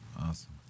Awesome